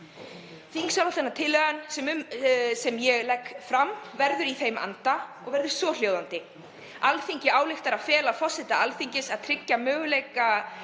Þingsályktunartillagan sem ég legg fram er í þeim anda og er svohljóðandi: „Alþingi ályktar að fela forseta Alþingis að tryggja möguleika